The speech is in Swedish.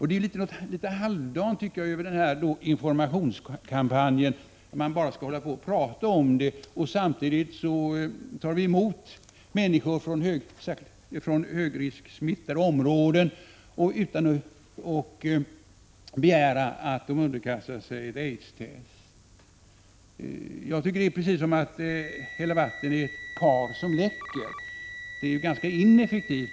Det är något halvdant över den nu pågående informationskampanjen, om man bara skall prata om aids samtidigt som vi tar emot människor från högriskområden utan att begära att de underkastar sig ett aidstest. Det är precis som att hälla vatten i ett kar som läcker — det är ineffektivt.